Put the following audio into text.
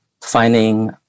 finding